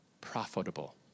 profitable